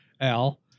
Al